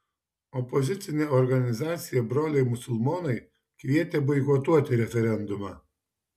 opozicinė organizacija broliai musulmonai kvietė boikotuoti referendumą